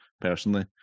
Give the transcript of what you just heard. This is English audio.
personally